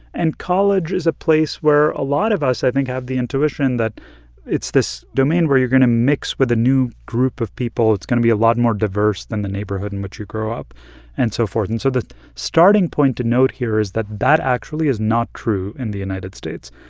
and college is a place where a lot of us, i think, have the intuition that it's this domain where you're going to mix with a new group of people. it's going to be a lot more diverse than the neighborhood in which you grow up and so forth and so the starting point to note here is that that actually is not true in the united states.